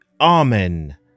Amen